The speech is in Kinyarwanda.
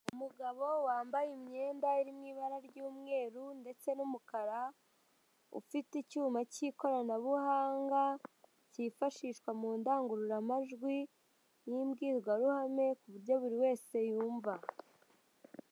Umugabo wambaye imyenda iri mu ibara ry'umweru ndetse n'umukara, ufite icyuma cy'ikoranabuhanga cyifashishwa mu ndangururamajwi y'imbwirwaruhame ku buryo buri wese yumva.